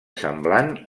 semblant